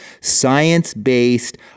science-based